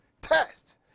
test